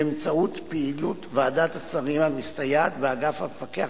באמצעות פעילות ועדת השרים המסתייעת באגף המפקח